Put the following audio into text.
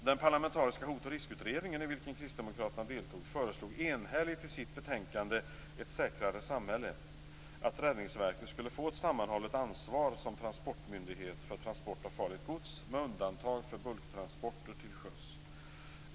Den parlamentariska Hot och riskutredningen, i vilken Kristdemokraterna deltog, föreslog enhälligt i sitt betänkande Ett säkrare samhälle att Räddningsverket skulle få ett sammanhållet ansvar som transportmyndighet för transport av farligt gods med undantag för bulktransporter till sjöss.